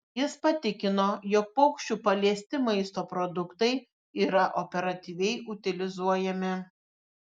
jis patikino jog paukščių paliesti maisto produktai yra operatyviai utilizuojami